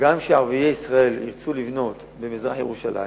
גם כשערביי ישראל ירצו לבנות במזרח-ירושלים,